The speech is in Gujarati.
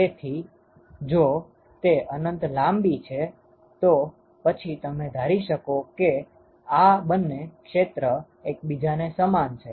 તેથી જો તે અનંત લાંબી છે તો પછી તમે ધારી શકો કે આ બંને ક્ષેત્ર એકબીજાને સમાન છે